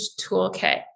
toolkit